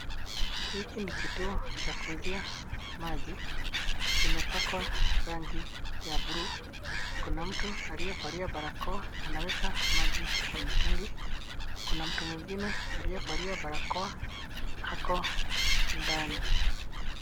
Hiki ni kituo cha kuuzia maji, kimepakwa rangi ya buluu, kuna aliyevalia barakoa anaweka maji kwenye mitungi. Kuna mtu mgine aliyevalia barakoa ako ndani.